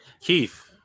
Keith